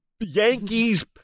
Yankees